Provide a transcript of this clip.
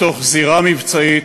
מתוך זירה מבצעית,